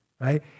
Right